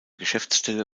geschäftsstelle